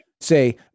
Say